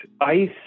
ice